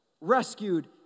Rescued